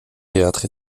théâtres